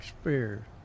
spear